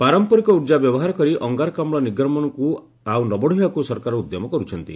ପାରମ୍ପରିକ ଉର୍ଜା ବ୍ୟବହାର କରି ଅଙ୍ଗାରକାମ୍ଳ ନିର୍ଗମନକୁ ଆଉ ନ ବଢ଼ାଇବାକୁ ସରକାର ଉଦ୍ୟମ କରୁଛନ୍ତି